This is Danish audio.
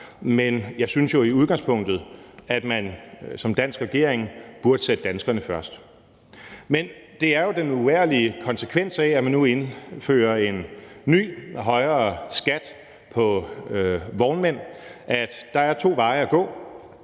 men jeg synes jo i udgangspunktet, at man som dansk regering burde sætte danskerne først. Men det er jo den uvægerlige konsekvens af, at man nu indfører en ny, højere skat for vognmænd, at der er to veje at gå.